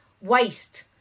waste